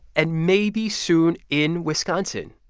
and maybe soon in wisconsin.